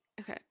okay